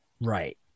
Right